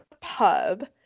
pub